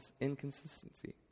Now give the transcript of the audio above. inconsistency